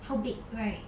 how big right